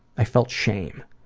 i felt shame.